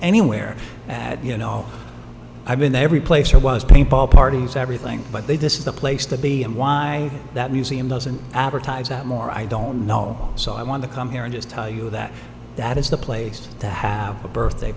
anywhere that you know i've been there every place or was paint ball parties everything but they decide the place to be and why that museum doesn't advertise that more i don't know so i want to come here and just tell you that that is the place to have a birthday